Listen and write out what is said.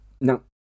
Now